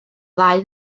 ddau